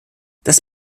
das